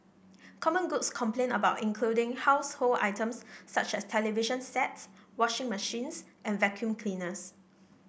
common goods complained about including household items such as television sets washing machines and vacuum cleaners